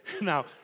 Now